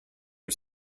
are